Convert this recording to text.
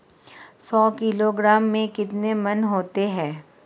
सौ किलोग्राम में कितने मण होते हैं?